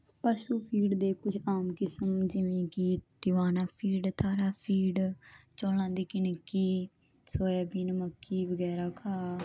ਪਸ਼ੂ ਫੀਡ ਦੇ ਕੁਝ ਆਮ ਕਿਸਮ ਜਿਵੇਂ ਕੀ ਟਿਵਾਣਾ ਫੀਡ ਤਾਰਾ ਫੀਡ ਚੋਲਾਂ ਦੀ ਕਿਣਕੀ ਸੋਇਆਬੀਨ ਮੱਕੀ ਵਗੈਰਾ ਘਾਹ